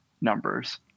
numbers